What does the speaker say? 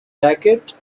jacket